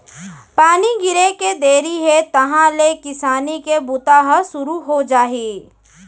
पानी गिरे के देरी हे तहॉं ले किसानी के बूता ह सुरू हो जाही